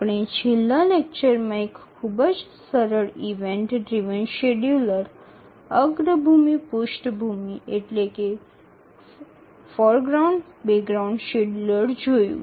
આપણે છેલ્લા લેક્ચરમાં એક ખૂબ જ સરળ ઇવેન્ટ ડ્રિવન શેડ્યૂલર અગ્રભૂમિ પૃષ્ઠભૂમિ શેડ્યૂલર જોયું